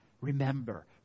Remember